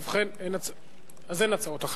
אין הצעות אחרות,